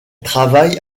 travaille